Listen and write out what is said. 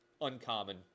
uncommon